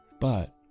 but,